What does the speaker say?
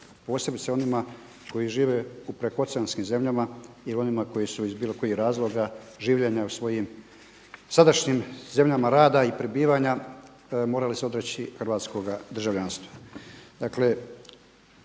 posebice onima koji žive u prekooceanskim zemljama ili onima koji su iz bilo kojeg razloga življenja u svojim sadašnjim zemljama rada i prebivanja morale se odreći hrvatskoga državljanstva.